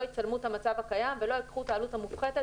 יצלמו את המצב הקיים ולא ייקחו את העלות המופחתת